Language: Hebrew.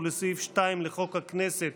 ולסעיף 2 לחוק הכנסת,